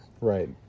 Right